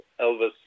Elvis